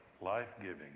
life-giving